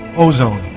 ozone